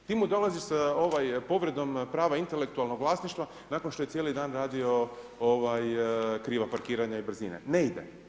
Ti mu dolaziš sa povredom prava intelektualnog vlasništva nakon što je cijeli dan radio kriva parkiranja i brzine, ne ide.